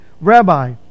Rabbi